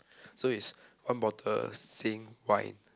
so is one bottle sink white